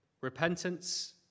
Repentance